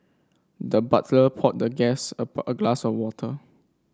the butler poured the guest a a glass of water